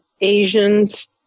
Asians